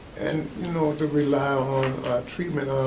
and you know, to rely on treatment.